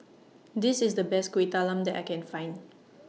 This IS The Best Kueh Talam that I Can Find